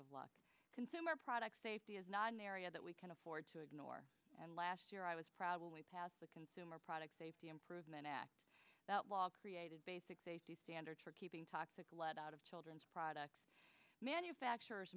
of consumer products safety is not an area that we can afford to ignore and last year i was probably passed the consumer product safety improvement act that law created basic safety standards for keeping toxic lead out of children's products manufacturers